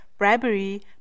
Bribery